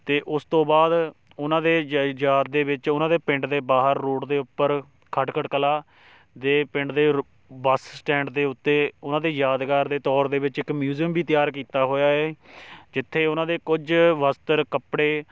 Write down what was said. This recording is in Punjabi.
ਅਤੇ ਉਸ ਤੋਂ ਬਾਅਦ ਉਹਨਾਂ ਦੇ ਯਾ ਯਾਦ ਦੇ ਵਿੱਚ ਉਹਨਾਂ ਦੇ ਪਿੰਡ ਦੇ ਬਾਹਰ ਰੋਡ ਦੇ ਉੱਪਰ ਖਟਖੜ ਕਲਾ ਦੇ ਪਿੰਡ ਦੇ ਰ ਬੱਸ ਸਟੈਂਡ ਦੇ ਉੱਤੇ ਉਹਨਾਂ ਦੇ ਯਾਦਗਾਰ ਦੇ ਤੌਰ ਦੇ ਵਿੱਚ ਇੱਕ ਮਿਊਜ਼ੀਅਮ ਵੀ ਤਿਆਰ ਕੀਤਾ ਹੋਇਆ ਏ ਜਿੱਥੇ ਉਹਨਾਂ ਦੇ ਕੁਝ ਵਸਤਰ ਕੱਪੜੇ